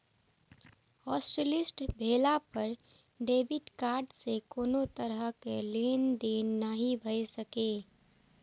hotlist भेला पर debit card सं कोनो तरहक लेनदेन नहि भए सकैए